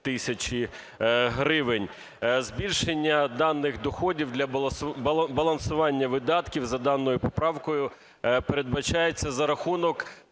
тисячі гривень. Збільшення даних доходів для балансування видатків за даною поправкою передбачається за рахунок